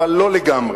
אבל לא לגמרי.